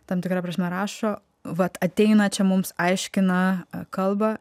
tam tikra prasme rašo vat ateina čia mums aiškina kalba